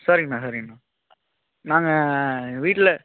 சரிங்கண்ணா சரிங்கண்ணா நாங்கள் எங்கள் வீட்டில்